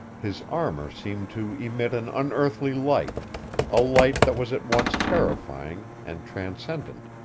his armor seemed to emit an unearthly light a light that was at once terrifying and transcendent.